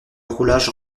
roulage